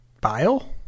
Bile